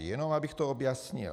Jenom abych to objasnil.